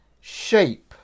shape